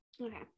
okay